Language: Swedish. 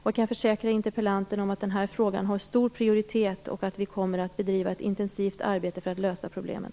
Jag kan försäkra interpellanten att den här frågan har stor prioritet och att vi kommer att bedriva ett intensivt arbete för att lösa problemen.